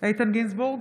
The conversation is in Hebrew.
איתן גינזבורג,